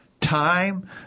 time